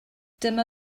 dyma